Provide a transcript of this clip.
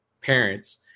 parents